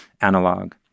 analog